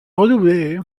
redoublé